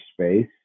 space